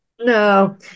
No